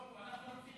הוא לא פה.